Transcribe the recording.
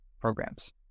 programs